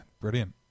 brilliant